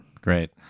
Great